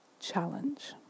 challenge